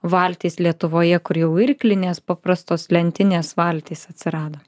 valtys lietuvoje kur jau irklinės paprastos lentinės valtys atsirado